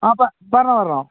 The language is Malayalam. ആ പറഞ്ഞുകൊള്ളൂ പറഞ്ഞുകൊള്ളൂ